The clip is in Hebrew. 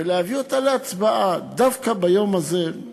ולהביא אותה להצבעה דווקא ביום הזה,